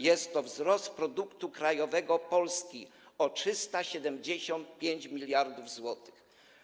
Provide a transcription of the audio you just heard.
Jest to wzrost produktu krajowego Polski o 375 mld zł.